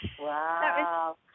Wow